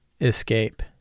escape